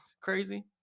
crazy